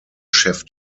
chef